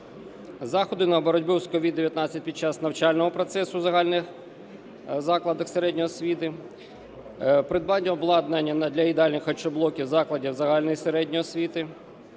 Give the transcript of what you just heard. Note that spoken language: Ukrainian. заходи на боротьбу з COVID-19 під час навчального процесу в загальних закладах середньої освіти, придбання обладнання для їдалень, харчоблоків закладів загальної середньої освіти;